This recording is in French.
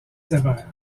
sévères